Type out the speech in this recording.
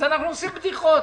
אז אנחנו עושים בדיחות.